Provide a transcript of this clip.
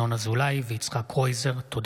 ינון אזולאי ויצחק קרויזר בנושא: מענה לחובות